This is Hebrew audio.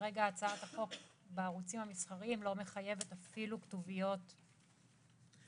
כרגע הצעת החוק בערוצים המסחריים לא מחייבת אפילו כתוביות סמויות,